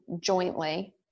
jointly